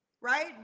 right